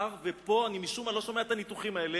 ומשום מה, פה אני לא שומע את הניתוחים האלה,